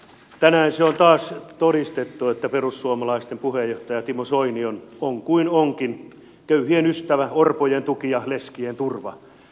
tänään se on taas todistettu että perussuomalaisten puheenjohtaja timo soini on kuin onkin köyhien ystävä orpojen tuki ja leskien turva